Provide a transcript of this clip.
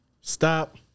Stop